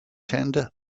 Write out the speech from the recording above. tend